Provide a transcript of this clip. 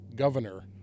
governor